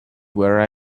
where